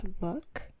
look